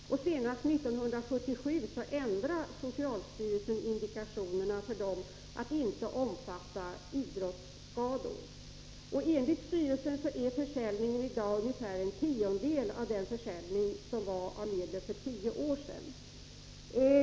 Senast 1977 ändrade socialstyrelsen indikationerna för dessa läkemedel att inte omfatta idrottsskador. Enligt socialstyrelsens uppgifter är försäljningen av preparaten i dag ungefär en tiondel av den försäljning som förekom för tio år sedan.